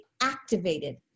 activated